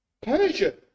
Persia